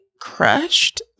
crushed